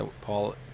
Paul